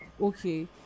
Okay